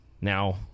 now